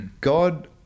God